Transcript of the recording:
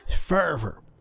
fervor